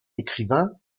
écrivain